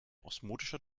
osmotischer